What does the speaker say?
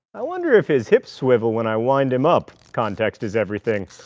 i wonder if his hips swivel when i wind him up. context is everything.